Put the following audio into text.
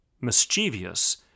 mischievous